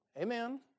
Amen